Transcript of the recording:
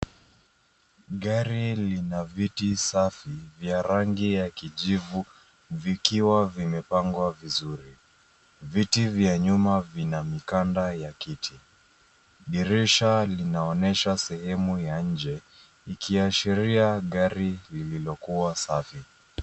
Gari lina viti safi vya rangi ya kijivu vikiwa vimepangwa vizuri. Viti vya nyuma vina mikanda ya kiti. Dirisha linaonyesha sehemu ya nje ikiashiria gari lililokua safi.